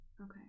Okay